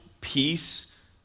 peace